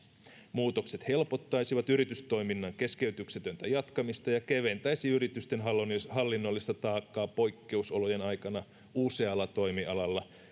muutokset helpottaisivat yritystoiminnan keskeytyksetöntä jatkamista ja keventäisivät yritysten hallinnollista hallinnollista taakkaa poikkeusolojen aikana usealla toimialalla